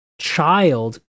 child